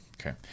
Okay